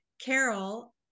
Carol